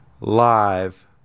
live